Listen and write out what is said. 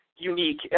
unique